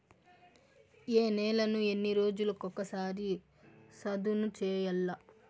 ఏ నేలను ఎన్ని రోజులకొక సారి సదును చేయల్ల?